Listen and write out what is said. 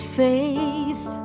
faith